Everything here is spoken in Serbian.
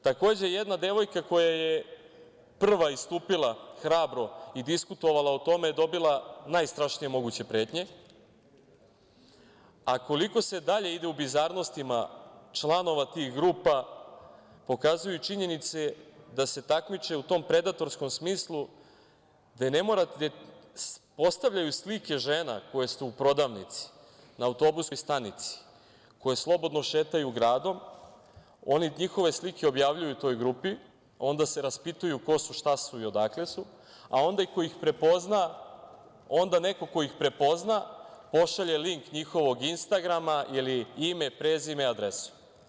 Takođe, jedna devojka koja je prva hrabro istupila i diskutovala o tome je dobila najstrašnije moguće pretnje, a koliko se dalje ide u bizarnostima članova tih grupa pokazuju i činjenice da se takmiče u tom predatorskom smislu, gde postavljaju slike žena koje su u prodavnici, na autobuskoj stanici, koje slobodno šetaju gradom, oni njihove slike objavljuju u toj grupi, onda se raspituju ko su, šta su i odakle su, a onda neko ko ih prepozna pošalje link njihovog instagrama ili ime, prezime i adresu.